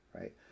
right